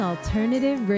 Alternative